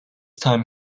time